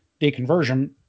deconversion